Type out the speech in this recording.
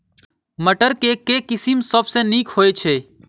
मटर केँ के किसिम सबसँ नीक होइ छै?